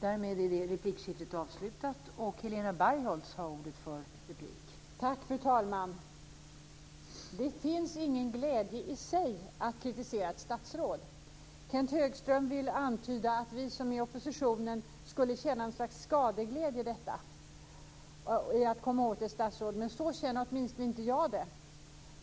Fru talman! Det finns ingen glädje i sig i att kritisera ett statsråd. Kenth Högström vill antyda att vi i oppositionen skulle känna något slags skadeglädje över att komma åt ett statsråd, men så känner åtminstone inte jag det.